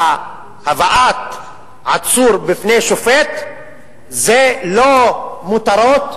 הבאת עצור בפני שופט זה לא מותרות,